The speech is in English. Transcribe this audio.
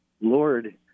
Lord